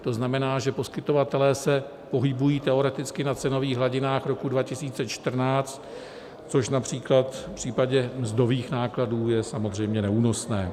To znamená, že poskytovatelé se pohybují teoreticky na cenových hladinách roku 2014, což například v případě mzdových nákladů je samozřejmě neúnosné.